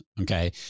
okay